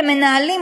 כמנהלים,